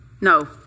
no